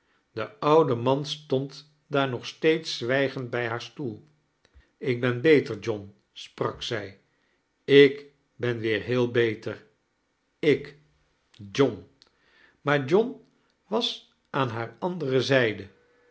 de oude man stond daar nog steeds zwijgend bij haar stoel ik ben beter john sprak zij ik ben weer heel beter ik john maar john was aan haar andere zijde